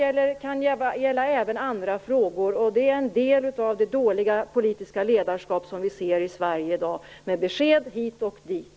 Detta kan gälla även andra frågor, och det är en del av det dåliga politiska ledarskap som vi ser i dag med besked hit och dit.